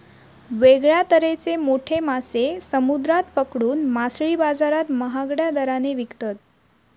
वेगळ्या तरेचे मोठे मासे समुद्रात पकडून मासळी बाजारात महागड्या दराने विकतत